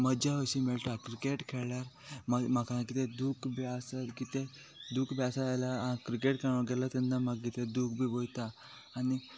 मजा अशी मेळटा क्रिकेट खेळ्यार म्हाका कितें दूख बी आसलें कितेे दूख बी आसा जाल्यार क्रिकेट खेळपाक गेलो तेन्ना म्हाका कितें दूख बी वयता आनी